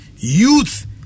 youth